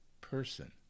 person